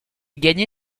gagné